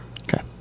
Okay